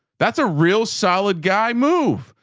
that's a real solid guy move.